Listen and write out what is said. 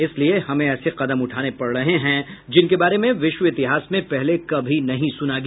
इसलिए हमें ऐसे कदम उठाने पड़ रहे हैं जिनके बारे में विश्व इतिहास में पहले कभी नहीं सुना गया